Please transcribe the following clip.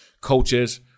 coaches